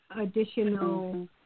additional